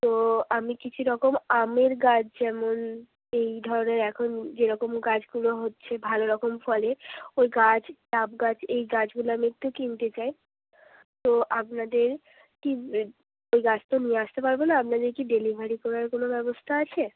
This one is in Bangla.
তো আমি কিছু রকম আমের গাছ যেমন এই ধরনের এখন যেরকম গাছগুলো হচ্ছে ভালো রকম ফলের ওই গাছ ডাব গাছ এই গাছগুলো আমি একটু কিনতে চাই তো আপনাদের কি এই গাছ তো নিয়ে আসতে পারব না আপনাদের কি ডেলিভারি করার কোনও ব্যবস্থা আছে